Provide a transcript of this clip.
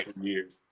years